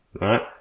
right